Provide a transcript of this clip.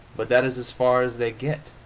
but that is as far as they get.